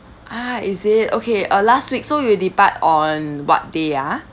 ah is it okay uh last week so you depart on what day ah